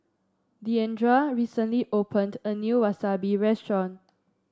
Diandra recently opened a new Wasabi restaurant